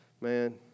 man